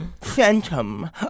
Phantom